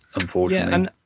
unfortunately